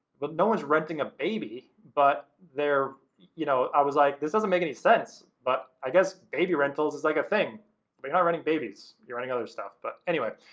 but no one's renting a baby, but they're, you know, i was like, this doesn't make any sense. but i guess baby rentals is like a thing. you're not renting babies, you're renting other stuff. but, anyway.